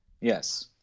Yes